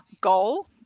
goal